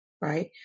right